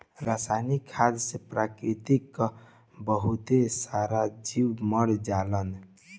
रासायनिक खाद से प्रकृति कअ बहुत सारा जीव मर जालन